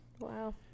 wow